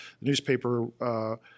newspaper